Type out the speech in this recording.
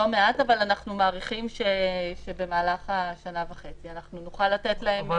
אבל אנחנו מעריכים שבמהלך השנה-וחצי אנחנו נוכל לתת להן תשובות.